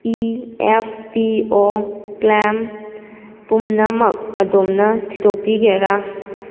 E F P O claim ꯄꯨꯝꯅꯃꯛ ꯑꯗꯣꯝꯅ ꯊꯤꯗꯣꯛꯄꯤꯒꯦꯔꯥ